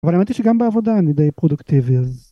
אבל האמת היא שגם בעבודה אני די פרודוקטיבי אז...